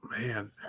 Man